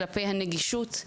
כלפי הנגישות.